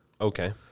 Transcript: Okay